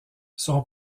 son